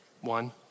One